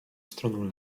stroną